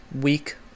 week